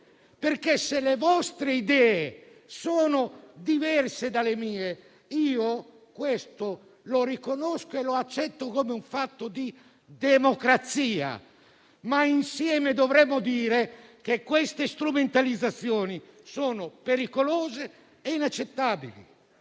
perché, se le vostre idee sono diverse dalle mie, lo riconosco e lo accetto come un fatto di democrazia, ma insieme dovremmo dire che queste strumentalizzazioni sono pericolose e inaccettabili.